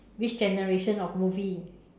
which generation of movie